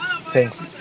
Thanks